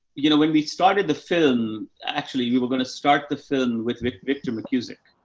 you know, when we started the film actually, we were going to start the film with with victor mckusick.